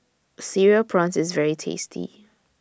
Cereal Prawns IS very tasty